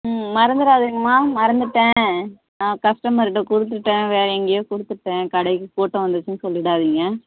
ம் மறந்துடுறாதிங்கம்மா மறந்துவிட்டேன் நான் கஸ்டமர்கிட்ட கொடுத்துட்டேன் வேறு எங்கையோ கொடுத்துட்டேன் கடைக்கு கூட்டம் வந்துருச்சுனு சொல்லிவிடாதீங்க